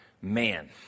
man